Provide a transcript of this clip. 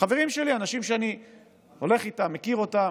חברים שלי, אנשים שאני הולך איתם, מכיר אותם